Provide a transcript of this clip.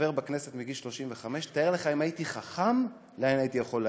חבר בכנסת מגיל 35. תאר לך אם הייתי חכם לאן הייתי יכול להגיע.